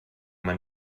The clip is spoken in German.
man